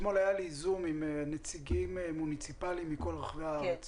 אתמול היה לי זום עם נציגים מוניציפאליים מכול רחבי הארץ